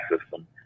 system